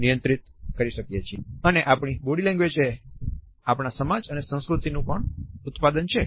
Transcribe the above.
તે જ સમયે આપણી બોડી લેંગ્વેજ એ આપણા સમાજ અને સંસ્કૃતિનું પણ ઉત્પાદન છે